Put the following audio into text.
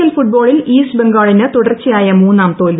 L ഫുട്ബോളിൽ east ബംഗാളിന് തുടർച്ചയായ മൂന്നാം തോൽവി